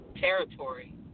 territory